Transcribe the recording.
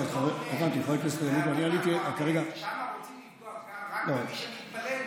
שם רוצים לפגוע רק במי שמתפלל?